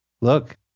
look